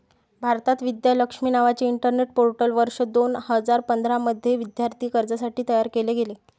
भारतात, विद्या लक्ष्मी नावाचे internet portal वर्ष दोन हजार पंधरा मध्ये विद्यार्थी कर्जासाठी तयार केले गेले